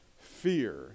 fear